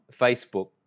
Facebook